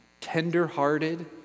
tender-hearted